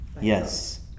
Yes